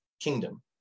kingdom